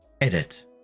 Edit